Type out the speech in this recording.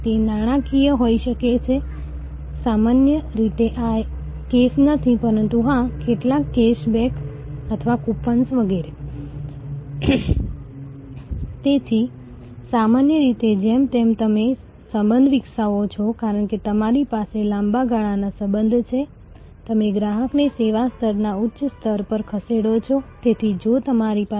તેથી ગ્રાહક અન્ય લોકોને તમારી ક્રેડિટ કાર્ડ સેવાની ભલામણ કરે છે અને ગ્રાહક જાણે છે કે તમારી પાસે કેવા પ્રકારની ક્રેડિટ ચેક સિસ્ટમ છે કેવા પ્રકારના લોકો લાયક ઠરશે અને તેથી યોગ્ય પ્રકારના સંદર્ભો તમને વધુ મજબૂત બનાવી શકે છો